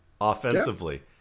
offensively